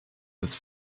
des